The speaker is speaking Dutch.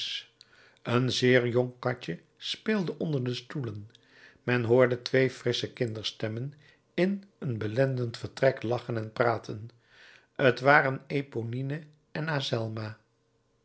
een zeer jong katje speelde onder de stoelen men hoorde twee frissche kinderstemmen in een belendend vertrek lachen en praten t waren eponine en